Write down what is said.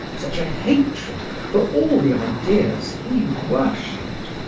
such a hatred for all the ideas he worshipped,